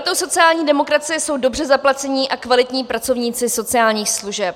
Prioritou sociální demokracie jsou dobře zaplacení a kvalitní pracovníci sociálních služeb.